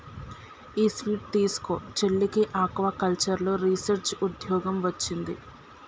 ఈ స్వీట్ తీస్కో, చెల్లికి ఆక్వాకల్చర్లో రీసెర్చ్ ఉద్యోగం వొచ్చింది